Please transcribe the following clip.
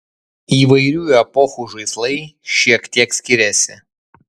įvairių epochų žaislai šiek tiek skiriasi